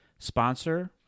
sponsor